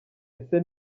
ese